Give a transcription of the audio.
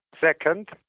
Second